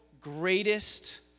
greatest